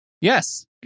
Yes